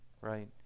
right